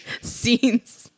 scenes